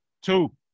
Two